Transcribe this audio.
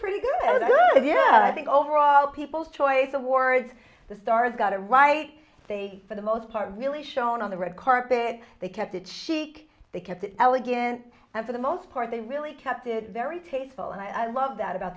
pretty good yeah i think overall people's choice awards the stars got it right they for the most part really shone on the red carpet they kept it chic they kept it elegant and for the most part they were really kept it very tasteful and i love that about